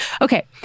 Okay